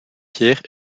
pierre